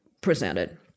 presented